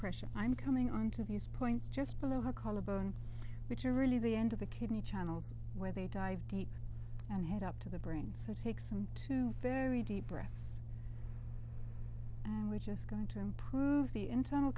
pressure i'm coming on to these points just below her collarbone which are really the end of the kidney channels where they dive deep and head up to the brain takes some two very deep breaths and we're just going to improve the internal